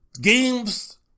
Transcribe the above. Games